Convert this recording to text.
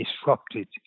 disrupted